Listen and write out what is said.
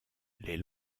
les